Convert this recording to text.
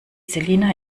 selina